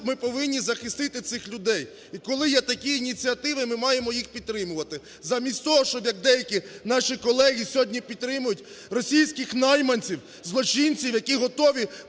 ми повинні захистити цих людей. І коли є такі ініціативи, ми маємо їх підтримувати. Замість того, щоб, як деякі наші колеги сьогодні, підтримують російських найманців, злочинців, які готові